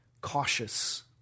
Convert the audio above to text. cautious